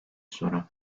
sorun